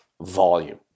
Volume